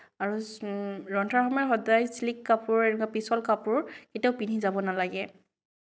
আৰু ৰন্ধাৰ সময়ত সদায় শ্লিক কাপোৰ এনেকুৱা পিচল কাপোৰ কেতিয়াও পিন্ধি যাব নালাগে